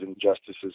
injustices